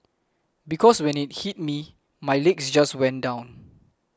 because when it hit me my legs just went down